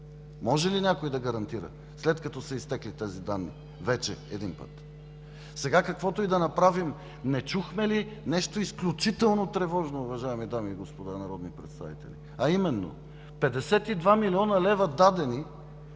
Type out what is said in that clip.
Може ли някой да гарантира, след като са изтекли тези данни вече един път? Сега каквото и да направим – не чухме ли нещо изключително тревожно, уважаеми дами и господа народни представители? А именно: 52 млн. лв. са дадени